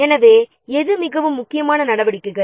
எனவே எது மிகவும் முக்கியமான நடவடிக்கைகள்